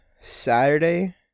Saturday